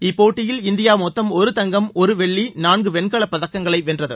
இப்போட்டியில் இந்தியா மொத்தம் ஒரு தங்கம் ஒரு வெள்ளி நான்கு வெண்கலப்பதக்கங்களை வென்றது